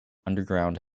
underground